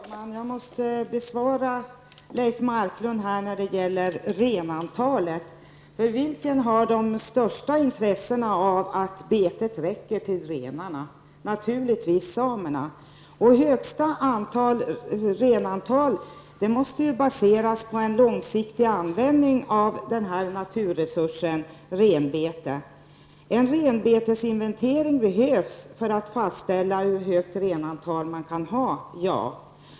Herr talman! Jag måste bemöta Leif Marklund när det gäller renantalet. Vilka har det största intresset av att betet räcker till renarna? Naturligtvis samerna. Högsta renantalet måste ju baseras på en långsiktig användning av naturresursen renbete. En renbetesinventering behövs för att fastställa hur högt renantal man kan ha -- ja.